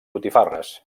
botifarres